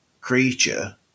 creature